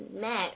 met